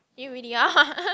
you really are